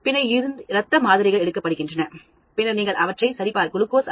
பின்னர் இரத்த மாதிரிகள் எடுக்கப்படுகின்றன பின்னர் நீங்கள் அவற்றை சரிபார்க்கவும்குளுக்கோஸ் நிலை